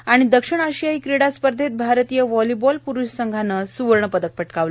आणि दक्षिण आशियाई क्रिडा स्पर्धेत भारतीय व्हालिबॉल प्रूष संघानं स्वर्ण पदक पटकावलं